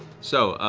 so.